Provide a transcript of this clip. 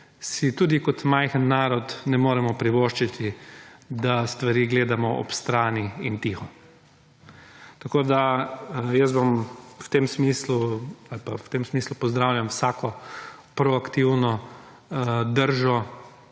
si tudi kot majhen narod ne moremo privoščiti, da stvari gledam ob strani in tiho. Jaz bom v tem smislu, ali pa v tem smislu pozdravljam vsako proaktivno držo